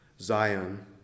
Zion